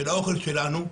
של האוכל שלנו,